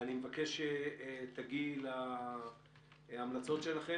אני מבקש שתגיעי להמלצות שלכם,